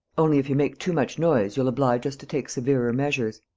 only, if you make too much noise, you'll oblige us to take severer measures.